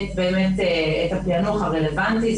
את הפענוח הרלוונטי.